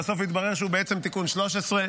ובסוף התברר שהוא בעצם תיקון 13,